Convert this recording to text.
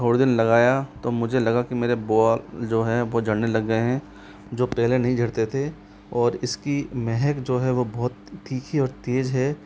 थोड़े दिन लगाया तो मुझे लगा कि मेरे बाल जो है बहुत झड़ने लग गए हैं जो पहले नहीं झड़ते थे और इसकी महक जो है वो बहुत तीखी और तेज़ है